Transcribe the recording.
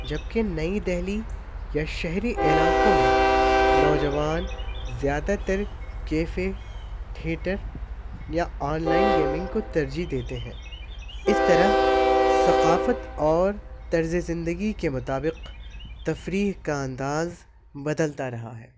جبکہ نئی دہلی یا شہری علاقوں میں نوجوان زیادہ تر کیفے تھیٹر یا آن لائن گیمنگ کو ترجیح دیتے ہیں اس طرح ثقافت اور طرز زندگی کے مطابق تفریح کا انداز بدلتا رہا ہے